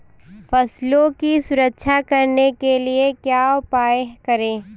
फसलों की सुरक्षा करने के लिए क्या उपाय करें?